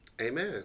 amen